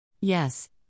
Yes